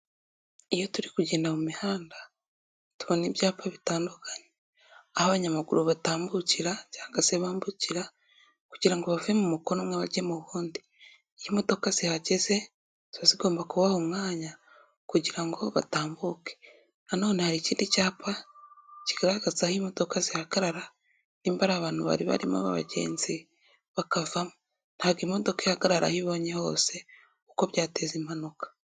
Iyo turi kugenda mu mihanda tubona ibyapa bitandukanye. Aho abanyamaguru batambukira cyangwa se bambukira, kugirango bave mu mukono umwe bajye mu uwundi. Iyo imodoka zihageze, zigomba kubaha umwanya kugira ngo batambuke. Nanone hari ikindi cyapa kigaragaza aho imodoka zihagarara nimba ari abantu bari barimo bgenzi bakavamo. Ntabwo imodoka ihagarara aho ibonye hose uko byateza impanuka.